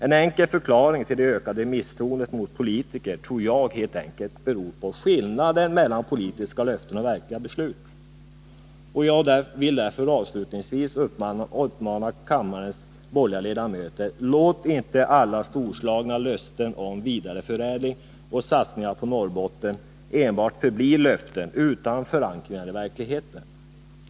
En enkel förklaring till det ökade misstroendet mot politiker tror jag är att det helt enkelt beror på skillnaden mellan politiska löften och verkliga beslut. Jag vill därför uppmana kammarens borgerliga ledamöter: Låt inte alla storslagna löften om vidareförädling och satsningar på Norrbotten förbli enbart löften, utan förankring i verkligheten!